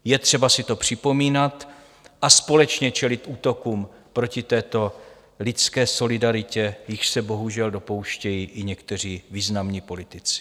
Je třeba si to připomínat a společně čelit útokům proti této lidské solidaritě, jichž se bohužel dopouštějí i někteří významní politici.